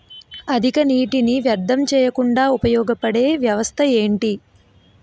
అధిక నీటినీ వ్యర్థం చేయకుండా ఉపయోగ పడే వ్యవస్థ ఏంటి